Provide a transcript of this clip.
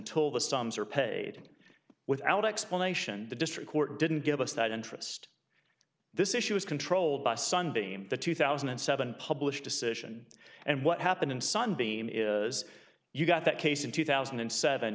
the sums are paid without explanation the district court didn't give us that interest this issue is controlled by sunbeam the two thousand and seven published decision and what happened in sunbeam is you got that case in two thousand and seven